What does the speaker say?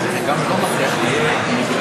כמה זמן עומד לרשותי?